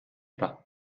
pas